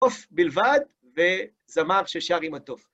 תוף בלבד, וזמר ששר עם התוף.